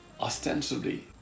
ostensibly